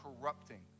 corrupting